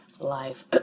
life